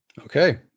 Okay